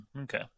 Okay